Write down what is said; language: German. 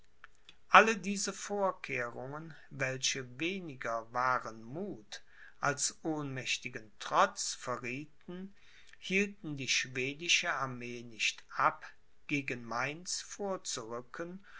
alle diese vorkehrungen welche weniger wahren muth als ohnmächtigen trotz verriethen hielten die schwedische armee nicht ab gegen mainz vorzurücken